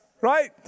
right